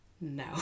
no